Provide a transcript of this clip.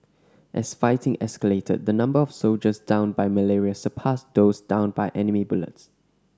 as fighting escalated the number of soldiers downed by malaria surpassed those downed by enemy bullets